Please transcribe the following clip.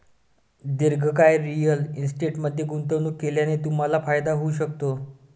दीर्घकाळ रिअल इस्टेटमध्ये गुंतवणूक केल्याने तुम्हाला फायदा होऊ शकतो